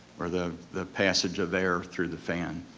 or the the passage of air through the fan.